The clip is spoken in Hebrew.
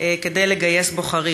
כדי לגייס בוחרים.